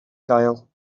gael